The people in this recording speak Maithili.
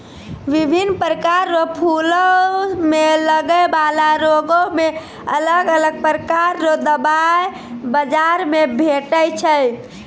बिभिन्न प्रकार रो फूलो मे लगै बाला रोगो मे अलग अलग प्रकार रो दबाइ बाजार मे भेटै छै